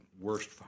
worst